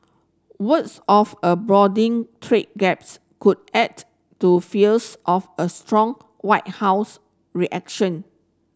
words of a broadening trade gaps could add to fears of a strong White House reaction